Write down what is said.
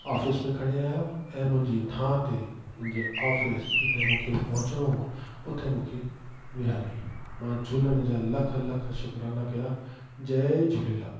office में खणी आहियो ऐं मुंहिंजी थां ते मुंहिंजे ऑफिस जिते मूंखे पहुचणो हुओ उते मूंखे वेहारियईं मां झूलण जा लखु लखु शुकराना कया जय झूलेलाल